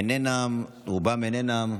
רובם אינם.